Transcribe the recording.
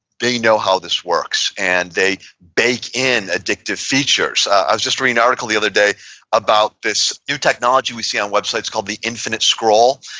they know how this works, and they bake in addictive features. i was just reading an article the other day about this new technology we see on websites called the infinite scroll,